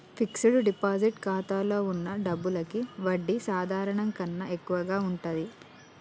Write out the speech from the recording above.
fixed deposit ఖాతాలో వున్న డబ్బులకి వడ్డీ సాధారణం కన్నా ఎక్కువగా ఉంటది